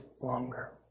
longer